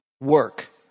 work